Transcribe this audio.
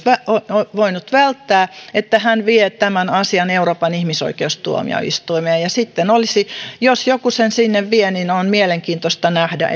voinut välttää vie tämän asian euroopan ihmisoikeustuomioistuimeen sitten jos joku sen sinne vie on mielenkiintoista nähdä